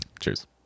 Cheers